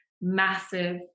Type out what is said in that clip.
massive